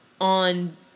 on